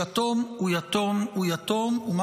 יתום הוא יתום הוא יתום,